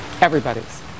Everybody's